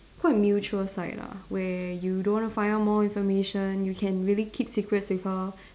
quite mutual side lah where you don't want to find out more information you can really keep secrets with her